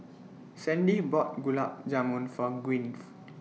Sandie bought Gulab Jamun For Gwyn